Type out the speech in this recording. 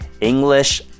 English